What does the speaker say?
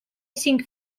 cinc